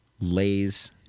lays